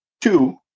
two